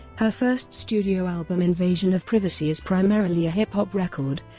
her first studio album invasion of privacy is primarily a hip hop record,